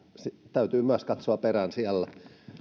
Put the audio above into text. täytyy myös katsoa perään siellä